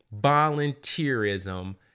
volunteerism